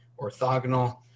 orthogonal